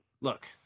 Look